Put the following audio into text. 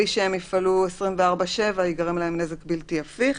לא יפעלו 24/7 ייגרם להם נזק בלתי הפיך.